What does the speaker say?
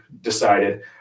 decided